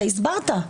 אתה הסברת.